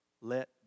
Let